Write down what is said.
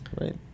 Right